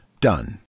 done